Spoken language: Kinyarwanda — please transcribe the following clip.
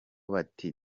bati